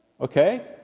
okay